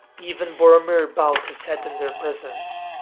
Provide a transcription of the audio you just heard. even boromir bowed his head in their presence,